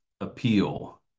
appeal